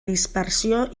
dispersió